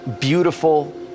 beautiful